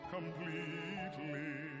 Completely